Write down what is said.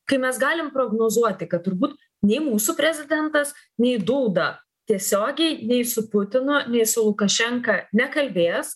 kai mes galim prognozuoti kad turbūt nei mūsų prezidentas nei dūda tiesiogiai nei su putinu nei su lukašenka nekalbės